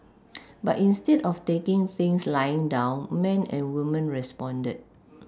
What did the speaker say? but instead of taking things lying down men and women responded